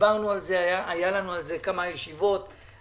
דיברנו על זה, היו לנו כמה ישיבות בנושא.